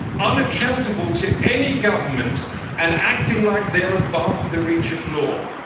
unaccountable to any government and acting like they're above the reach of law.